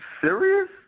serious